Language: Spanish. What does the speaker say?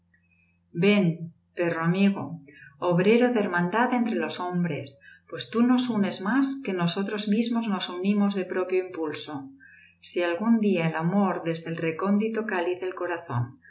ven perro amigo obrero de hermandad entre los hombres pues tú nos unes más que nosotros mismos nos unimos de propio impulso si algún día el amor desde el recóndito cáliz del corazón